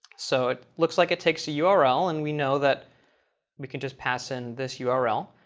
so it looks like it takes a yeah url, and we know that we can just pass and this yeah url.